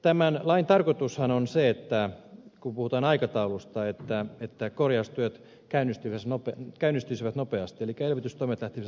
tämän lain tarkoitushan on kun puhutaan aikataulusta että korjaustyöt käynnistyisivät nopeasti elikkä elvytystoimet lähtisivät mahdollisimman nopeasti käyntiin